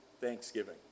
thanksgiving